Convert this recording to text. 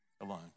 alone